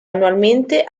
annualmente